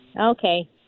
Okay